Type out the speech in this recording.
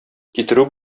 китерү